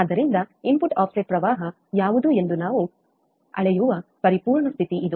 ಆದ್ದರಿಂದ input offset ಪ್ರವಾಹ ಯಾವುದು ಎಂದು ನಾವು ಅಳೆಯುವ ಪರಿಪೂರ್ಣ ಸ್ಥಿತಿ ಇದು